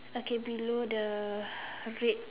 okay below the red